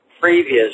Previous